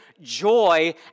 joy